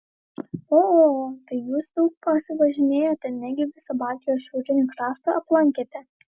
o o o tai jūs daug pasivažinėjote negi visą baltijos šiaurinį kraštą aplankėte